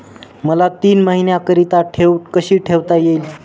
मला तीन महिन्याकरिता ठेव कशी ठेवता येईल?